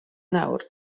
nawr